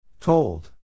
Told